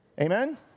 Amen